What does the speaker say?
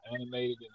animated